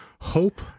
hope